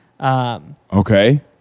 okay